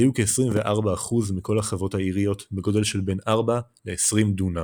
היו כ-24% מכל החוות האיריות בגודל של בין 4 ל-20 דונם,